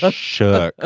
ah sure. ah